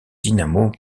dinamo